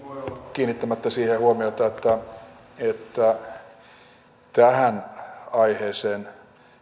kiinnittämättä siihen huomiota että tähän aiheeseen